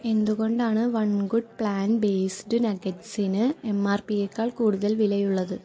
എന്തുകൊണ്ടാണ് one good plant based നഗ്ഗെറ്റ്സ്ന് M R P യേക്കാൾ കൂടുതൽ വിലയുള്ളത്